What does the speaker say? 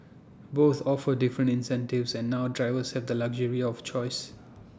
both offer different incentives and now drivers have the luxury of choice